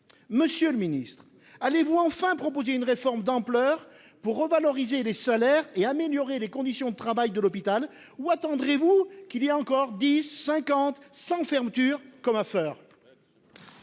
Monsieur le ministre, allez-vous enfin proposer une réforme d'ampleur pour revaloriser les salaires et améliorer les conditions de travail à l'hôpital ? Ou attendrez-vous qu'il y ait encore dix, cinquante ou cent fermetures, comme à Feurs ?